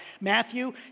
Matthew